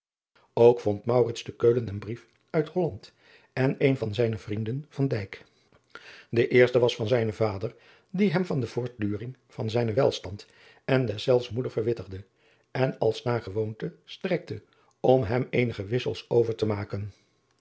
ok vond te eulen een brief uit olland en een van zijnen vriend e eerste was van zijnen vader die hem van de voortduring van zijnen welstand en deszelfs moeder verwittigde en als naar gewoonte strekte om hem eenige wissels over te maken